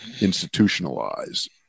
institutionalized